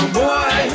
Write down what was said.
boy